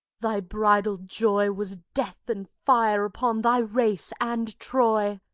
thy bridal joy was death and fire upon thy race and troy!